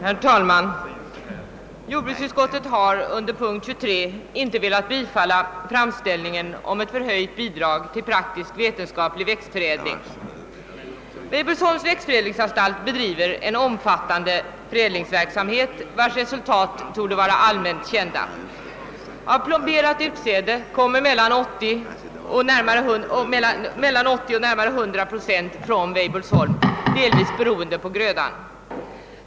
Herr talman! Jordbruksutskottet har under punkten 23 inte velat tillstyrka framställningen om förhöjt bidrag till praktiskt vetenskaplig växtförädling. Weibullsholms växtförädlingsanstalt bedriver en omfattande förädlingsverksamhet, vars resultat torde vara allmänt kända. Av plomberat utsäde kommer mellan 80 och närmare 100 procent från Weibullsholm, delvis beroende på gröda.